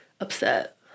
upset